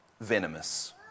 venomous